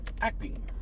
acting